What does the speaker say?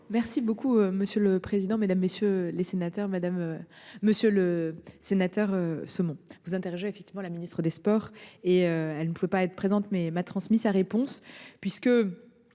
Merci beaucoup monsieur le président, Mesdames, messieurs les sénateurs Madame. Monsieur le Sénateur saumon vous interroger effectivement la ministre des Sports et elle ne pouvait pas. Présente mais m'a transmis sa réponse puisque.